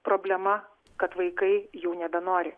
problema kad vaikai jau nebenori